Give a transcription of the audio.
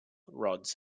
rods